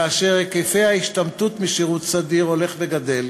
כאשר היקפי ההשתמטות משירות סדיר הולכים וגדלים